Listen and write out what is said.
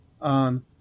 on